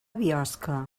biosca